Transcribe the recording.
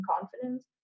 confidence